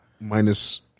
minus